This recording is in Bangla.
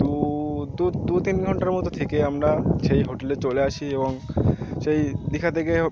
দু তিন ঘণ্টার মতো থেকে আমরা সেই হোটেলে চলে আসি এবং সেই দীঘা থেকে